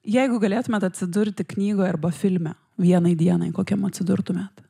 jeigu galėtumėt atsidurti knygoj arba filme vienai dienai kokiam atsidurtumėt